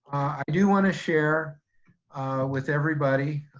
i do wanna share with everybody,